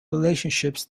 relationships